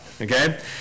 Okay